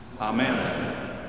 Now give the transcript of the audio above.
amen